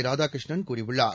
ராதாகிருஷ்ணன் கூறியுள்ளார்